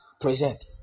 present